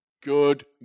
Good